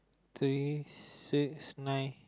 three six nine